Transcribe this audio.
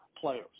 players